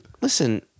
Listen